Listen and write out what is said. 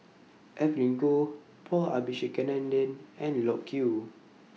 Evelyn Goh Paul Abisheganaden and Loke Yew